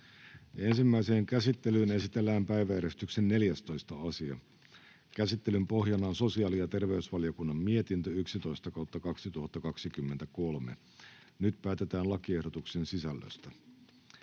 Ensimmäiseen käsittelyyn esitellään päiväjärjestyksen 14. asia. Käsittelyn pohjana on sosiaali- ja terveysvaliokunnan mietintö StVM 11/2023 vp. Nyt päätetään lakiehdotuksen sisällöstä.